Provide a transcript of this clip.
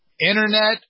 internet